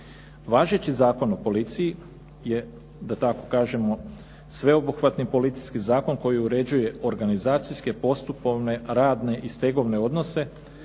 Važeći Zakon o policiji je da tako kažemo sveobuhvatni policijski zakon koji uređuje organizacijske, postupovne, radne i stegovne odnose